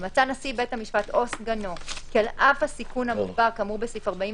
ומצא נשיא בית המשפט [או סגנו] כי על אף הסיכון המוגבר כאמור בסעיף